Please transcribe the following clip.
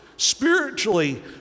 Spiritually